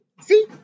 See